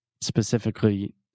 specifically